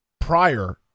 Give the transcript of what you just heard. prior